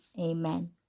Amen